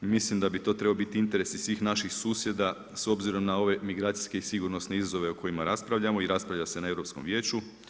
Mislim da bi to trebao biti interes i svih naših susjeda s obzirom na ove migracijske i sigurnosne izazove o kojima raspravljamo i raspravlja se na Europskom vijeću.